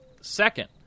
Second